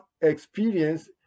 experience